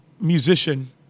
musician